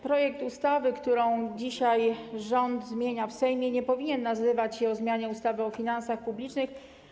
Projekt ustawy, którą dzisiaj rząd zmienia w Sejmie, nie powinien nazywać się: o zmianie ustawy o finansach publicznych.